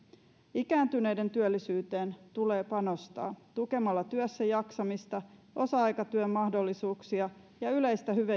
ikääntyneiden työllisyyteen tulee panostaa tukemalla työssäjaksamista osa aikatyön mahdollisuuksia ja yleistä